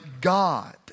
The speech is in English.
God